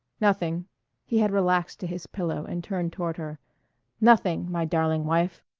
nothing he had relaxed to his pillow and turned toward her nothing, my darling wife.